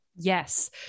Yes